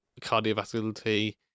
cardiovascularity